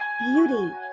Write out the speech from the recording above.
beauty